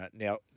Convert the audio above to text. Now